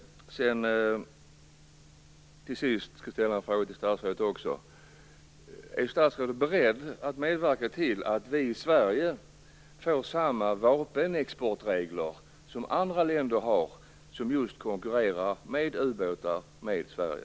Till sist skall jag ställa en fråga till statsrådet. Är han beredd att medverka till att vi i Sverige får samma vapenexportregler som andra länder har som konkurrerar med ubåtar med Sverige?